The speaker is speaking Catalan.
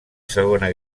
segona